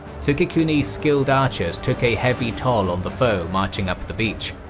sukekuni's skilled archers took a heavy toll on the foe marching up the beach.